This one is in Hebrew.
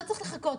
לא צריך לחכות,